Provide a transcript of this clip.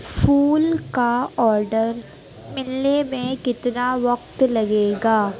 پھول کا آڈر ملنے میں کتنا وقت لگے گا